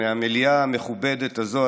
מהמליאה המכובדת הזו,